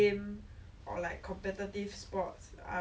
saturday to sun~ saturday and sunday the weekend is like